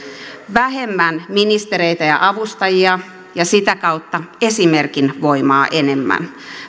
vähemmän ministereitä ja avustajia ja sitä kautta esimerkin voimaa enemmän